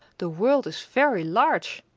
the world is very large,